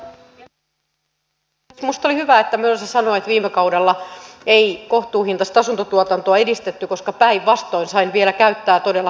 minusta oli hyvä että kun mölsä sanoi että viime kaudella ei kohtuuhintaista asuntotuotantoa edistetty niin koska oli päinvastoin sain vielä käyttää todella tarkentavan puheenvuoron